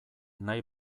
nahi